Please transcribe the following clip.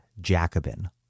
Jacobin